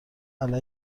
علیه